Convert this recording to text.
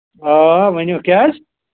آ ؤنِو کیٛاہ حظ